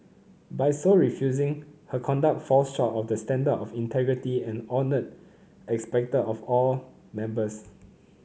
by so refusing her conduct falls short of the standard of integrity and honour expected of all members